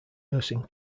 nursing